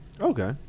Okay